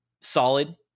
solid